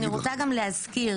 ואני רוצה גם להזכיר,